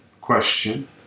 question